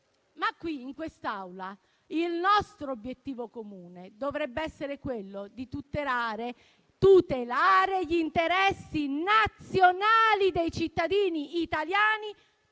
Ma in quest'Aula il nostro obiettivo comune dovrebbe essere quello di tutelare gli interessi nazionali di tutti i cittadini italiani: